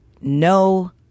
no